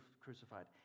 crucified